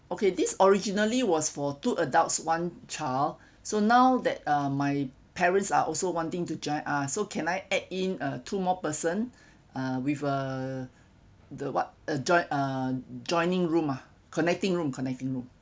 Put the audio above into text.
okay this originally was for two adults one child so now that uh my parents are also wanting to join ah so can I add in uh two more person uh with uh the what a join uh joining room ah connecting room connecting room